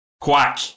Quack